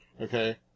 Okay